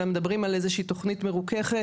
אלא מדברים על איזו שהיא תכנית מרוככת.